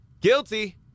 Guilty